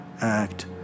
act